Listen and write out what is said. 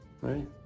right